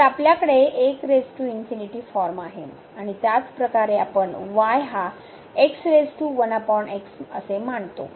तर आपल्याकडे फॉर्म आहे आणि त्याचप्रकारे आपण y हा असे मानतो